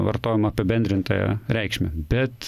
vartojam apibendrintąją reikšmę bet